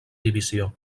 divisió